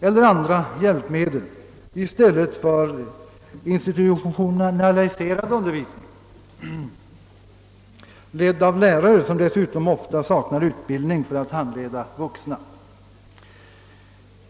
eller andra hjälpmedel i stället för institutionaliserad undervisning, ledd av lärare vilka dessutom ofta saknar utbildning för att handleda vuxna.